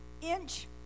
Inch